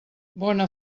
bona